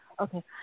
okay